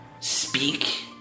speak